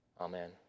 amen